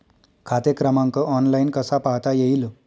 खाते क्रमांक ऑनलाइन कसा पाहता येईल?